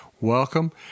welcome